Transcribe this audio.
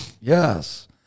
Yes